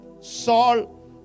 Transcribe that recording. Saul